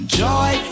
joy